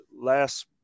last